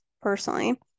personally